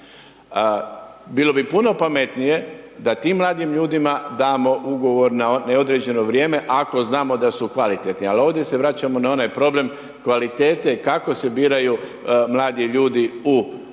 Bilo bi puno pametnije, da tim mladim ljudima damo ugovor na neodređeno vrijeme, ako znamo da su kvalitetni, ali ovdje se vraćamo na onaj problem, kvalitete kao se biraju mladi ljudi u